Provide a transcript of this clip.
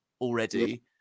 already